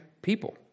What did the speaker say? People